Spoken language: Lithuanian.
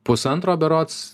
pusantro berods